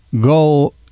go